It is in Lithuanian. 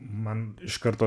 man iš karto